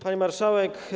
Pani Marszałek!